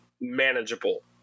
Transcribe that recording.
manageable